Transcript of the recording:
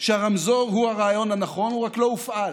שהרמזור הוא הרעיון הנכון, הוא רק לא הופעל.